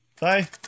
Bye